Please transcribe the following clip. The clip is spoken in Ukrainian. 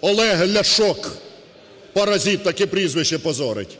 Олег Ляшок – паразит, таке прізвище позорить.